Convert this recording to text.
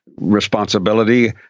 responsibility